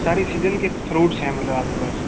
सारी सीजन के फ्रूट्स हैं मतलब आपके पास